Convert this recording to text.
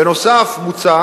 בנוסף מוצע